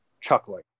chuckling